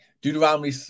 Deuteronomy